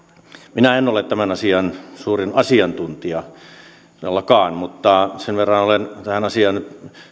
minä en ole tämän asian suurin asiantuntija todellakaan mutta sen verran olen tähän asiaan nyt